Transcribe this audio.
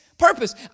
purpose